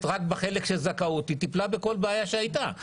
רק בחלק של זכאות היא טיפלה בכל בעיה שהייתה.